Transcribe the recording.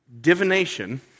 divination